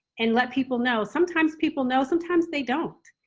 and let people know, sometimes people know, sometimes they don't.